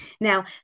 Now